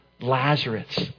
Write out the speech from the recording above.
Lazarus